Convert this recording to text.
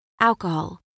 alcohol